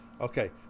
Okay